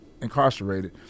incarcerated